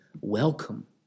welcome